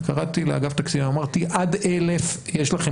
קראתי לאגף התקציבים ואמרתי להם: עד 1,000 יש לכם